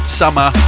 summer